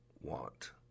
want